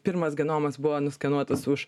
pirmas genomas buvo nuskenuotas už